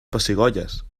pessigolles